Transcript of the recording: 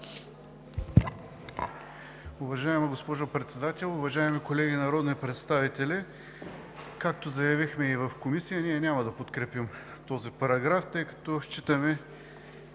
Уважаема госпожо Председател, уважаеми колеги народни представители! Както заявихме и в Комисията, ние няма да подкрепим този параграф, тъй като считаме,